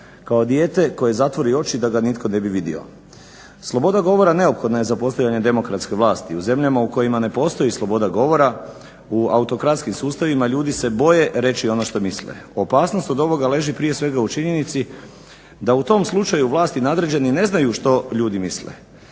kao dijete koje zatvori oči da ga nitko ne bi vidio.“ Sloboda govora neophodna je za postojanje demokratske vlasti. U zemljama u kojima ne postoji sloboda govora, u autokratskim sustavima ljudi se boje reći ono što misle. Opasnost od ovoga leži prije svega u činjenici da u tom slučaju vlasti i nadređeni ne znaju što ljudi misle.